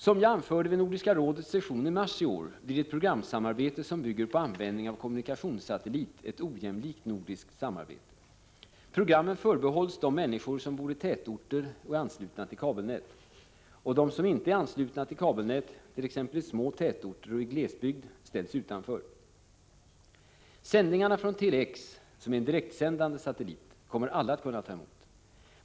Som jag anförde vid Nordiska rådets session i mars i år blir ett programsamarbete som bygger på användning av kommunikationssatellit ett ojämlikt nordiskt samarbete. Programmen förbehålls de människor som bor itätorter och är anslutna till kabelnät, och de som ej är anslutna till kabelnät, t.ex. i små tätorter och i glesbygd, ställs utanför. Sändningarna från Tele-X, som är en direktsändande satellit, kommer alla att kunna ta emot.